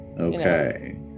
Okay